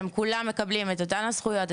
הם כולם מקבלים את אותן הזכויות,